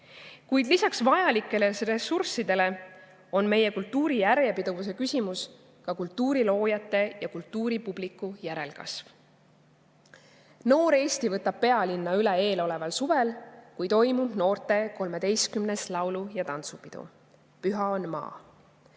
Kuid lisaks vajalikele ressurssidele on meie kultuuri järjepidevuse küsimus ka kultuuriloojate ja kultuuripubliku järelkasv. Noor Eesti võtab pealinna üle eeloleval suvel, kui toimub XIII noorte laulu ja tantsupidu "Püha on maa".